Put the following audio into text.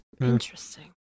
Interesting